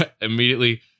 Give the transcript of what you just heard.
immediately